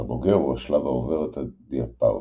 והבוגר הוא השלב העובר את הדיאפאוזה.